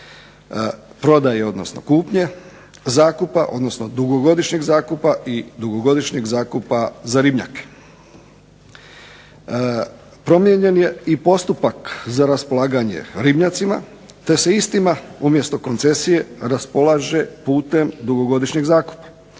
prodaje, odnosno kupnje, zakupa, odnosno dugogodišnjeg zakupa i dugogodišnjeg zakupa za ribnjake. Promijenjen je i postupak za raspolaganje ribnjacima te se istima umjesto koncesije raspolaže putem dugogodišnjeg zakupa.